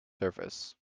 surface